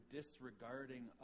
disregarding